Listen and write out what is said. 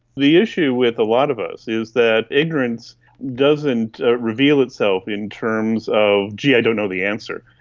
the issue with a lot of us is that ignorance doesn't reveal itself in terms of gee, i don't know the answer'.